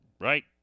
right